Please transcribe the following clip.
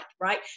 right